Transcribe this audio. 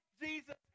Jesus